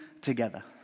together